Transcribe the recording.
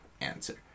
answer